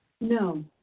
No